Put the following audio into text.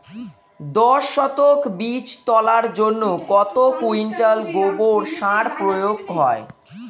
দশ শতক বীজ তলার জন্য কত কুইন্টাল গোবর সার প্রয়োগ হয়?